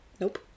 Nope